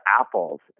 apples